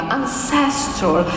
ancestral